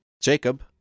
Jacob